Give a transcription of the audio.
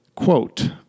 Quote